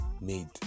made